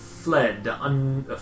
fled